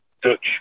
Dutch